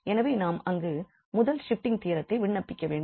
எனவே நாம் அங்கு முதல் ஷிப்ட்டிங் தியரத்தை விண்ணப்பிக்க வேண்டும்